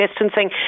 distancing